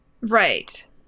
Right